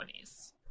20s